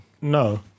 No